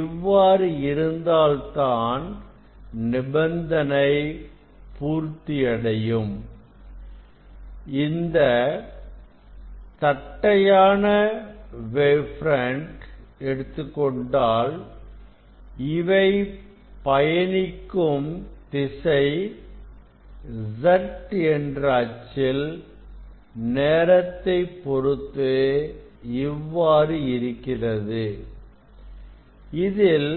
இவ்வாறு இருந்தால் தான் நிபந்தனை பூர்த்தியடையும் இந்த தட்டையான வேவ் பிரண்ட் எடுத்துக்கொண்டால் இவை பயணிக்கும் திசை Z என்ற அச்சில் நேரத்தை பொறுத்து இவ்வாறு இருக்கிறது இதில்